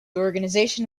organization